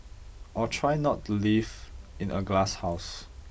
or try not to live in a glasshouse